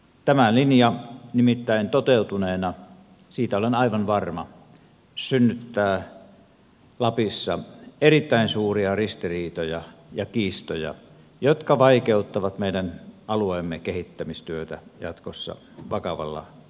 tämä linja nimittäin toteutuneena siitä olen aivan varma synnyttää lapissa erittäin suuria ristiriitoja ja kiistoja jotka vaikeuttavat meidän alueemme kehittämistyötä jatkossa vakavalla tavalla